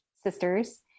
sisters